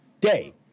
day